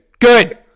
Good